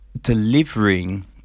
delivering